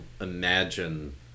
imagine